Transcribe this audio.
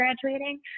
graduating